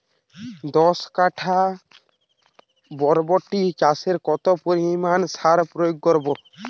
দশ কাঠা বরবটি চাষে কত পরিমাণ সার প্রয়োগ করব?